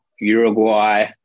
Uruguay